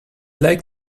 like